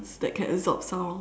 that can absorb sound